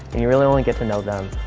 and you really only get to know them.